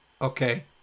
okay